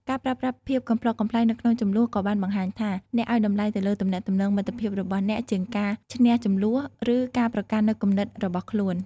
ការប្រើប្រាស់ភាពកំប្លុកកំប្លែងនៅក្នុងជម្លោះក៏បានបង្ហាញថា អ្នកឱ្យតម្លៃទៅលើទំនាក់ទំនងមិត្តភាពរបស់អ្នកជាងការឈ្នះជម្លោះឬការប្រកាន់នូវគំនិតរបស់ខ្លួន។